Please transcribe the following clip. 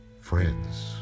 friends